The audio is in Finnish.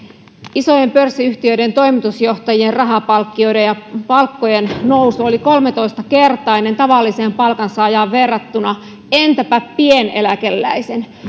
isojen pörssiyhtiöiden toimitusjohtajien rahapalkkioiden ja palkkojen nousu oli kolmetoista kertainen tavalliseen palkansaajaan verrattuna entäpä pieneläkeläisen